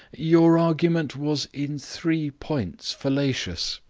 your argument was in three points fallacious.